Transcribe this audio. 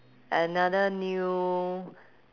another new